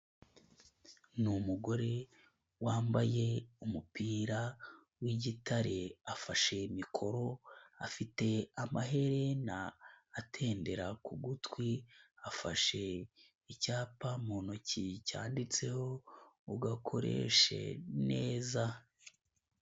Ni umugore wambaye umupira w'igitare, afashe mikoro, afite amaherena atendera ku gutwi, afashe icyapa mu ntoki cyanditseho ugakoreshe neza.